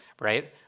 right